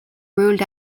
ruled